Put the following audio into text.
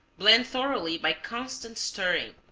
blend thoroughly by constant stirring.